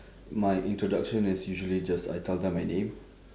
mine introduction is usually just I tell them my name